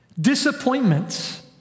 disappointments